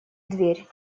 дверь